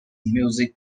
music